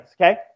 Okay